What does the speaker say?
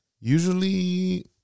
Usually